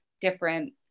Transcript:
different